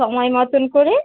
সময় মতোন করে